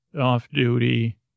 off-duty